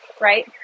right